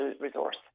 resource